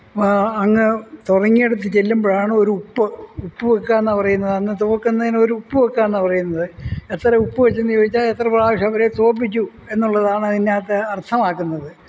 അങ്ങ് തുടങ്ങിയയിടത്ത് ചെല്ലുമ്പോഴാണ് ഒരുപ്പ് ഉപ്പ് വെയ്ക്കുകയെന്നാണ് പറയുന്നത് അന്ന് തോൽക്കുന്നതിനൊരുപ്പ് വെയ്ക്കുകയെന്നാണ് പറയുന്നത് എത്ര ഉപ്പ് വെച്ചെന്ന് ചോദിച്ചാൽ എത്ര പ്രാവശ്യം അവരെ തോൽപ്പിച്ചു എന്നുള്ളതാണതിനകത്ത് അര്ത്ഥമാക്കുന്നത്